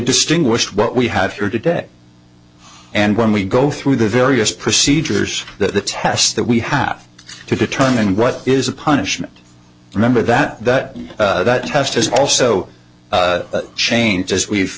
distinguished what we have here today and when we go through the various procedures that the test that we have to determine what is a punishment remember that that test has also changed as we've